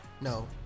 No